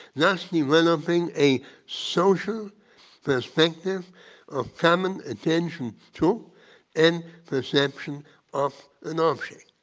thus developing a social perspective of common attention to and perception of an object.